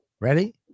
Ready